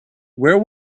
where